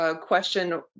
question